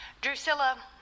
Drusilla